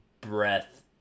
Breath